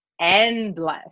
endless